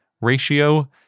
ratio